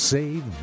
Save